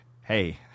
Hey